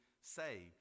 saved